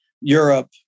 Europe